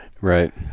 Right